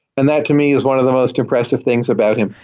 and that to me is one of the most impressive things about him.